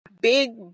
Big